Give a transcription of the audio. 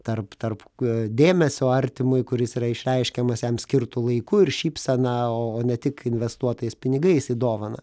tarp tarp dėmesio artimui kuris yra išreiškiamas jam skirtu laiku ir šypsena o ne tik investuotais pinigais į dovaną